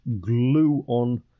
glue-on